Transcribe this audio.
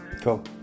Cool